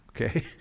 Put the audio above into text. Okay